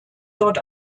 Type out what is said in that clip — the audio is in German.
dort